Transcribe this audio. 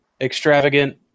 extravagant